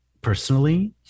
personally